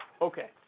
Okay